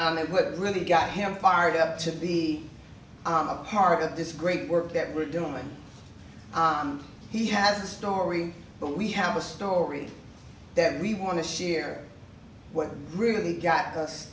i don't know what really got him fired up to be a part of this great work that we're doing he has a story but we have a story that we want to share what really got